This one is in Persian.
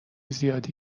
زیادی